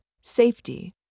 Safety